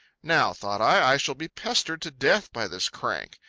now, thought i, i shall be pestered to death by this crank.